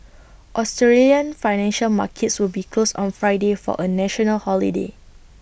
Australian financial markets will be closed on Friday for A national holiday